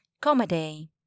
Comedy